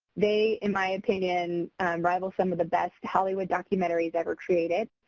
they in my opinion rival some of the best hollywood documentaries ever created.